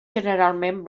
generalment